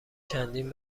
چندین